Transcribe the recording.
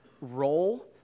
role